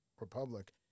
Republic